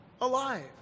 alive